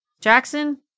Jackson